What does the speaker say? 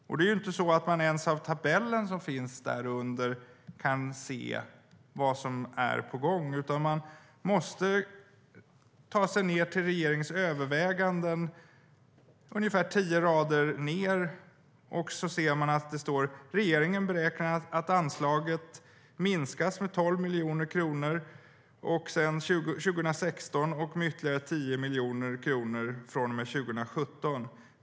Och inte ens av tabellen som finns där kan man se vad som är på gång, utan man måste ta sig ned till regeringens överväganden, ungefär tio rader ned, där man ser att det står: "Regeringen beräknar att anslaget minskar med 12 miljoner kronor 2016 och med ytterligare 10 miljoner kronor fr.o.m. 2017.